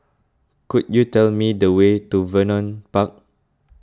could you tell me the way to Vernon Park